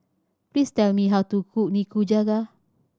please tell me how to cook Nikujaga